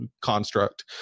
construct